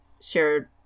shared